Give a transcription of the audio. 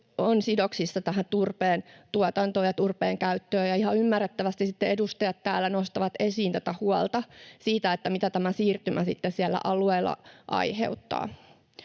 on sidoksissa tähän turpeen tuotantoon ja turpeen käyttöön, ja ihan ymmärrettävästi sitten edustajat täällä nostavat esiin huolta siitä, mitä tämä siirtymä sitten siellä alueella aiheuttaa.